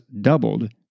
doubled